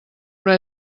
però